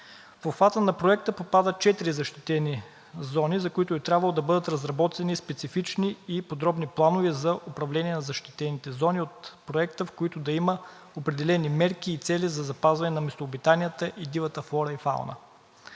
В обхвата на Проекта попадат четири защитени зони, за които е трябвало да бъдат разработени специфични и подробни планове за управление на защитените зони от Проекта, в които да има определени мерки и цели за запазване на местообитанията и дивата флора и фауна.